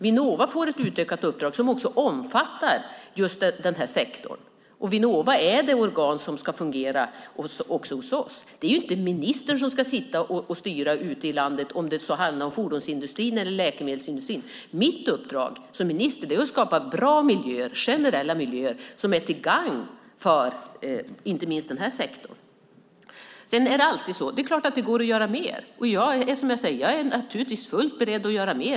Vinnova får ett utökat uppdrag som också omfattar den här sektorn. Vinnova är det organ som ska fungera också hos oss. Det är inte ministern som ska styra ute i landet - om det så handlar om fordonsindustrin eller läkemedelsindustrin. Mitt uppdrag som minister är att skapa bra, generella miljöer som är till gagn för inte minst den här sektorn. Det är klart att det går att göra mer. Jag är naturligtvis fullt beredd att göra mer.